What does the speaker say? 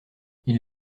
ils